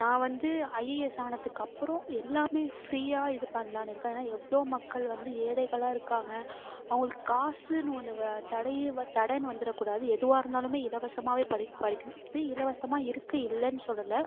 நான் வந்து ஐஏஎஸ் ஆனதுக்கப்புறம் எல்லாமே ஃப்ரீயாக இது பண்ணலானு இருக்கேன் ஏன்னால் எவ்வளோ மக்கள் வந்து ஏழைகளாக இருக்காங்க அவங்களுக்கு காசுன்னு ஒன்று வ தடையே வ தடைன்னு வந்துடக்கூடாது எதுவாக இருந்தாலுமே இலவசமாகவே படி படிக்கணும் இப்போ இலவசமாக இருக்குது இல்லைன் சொல்லலை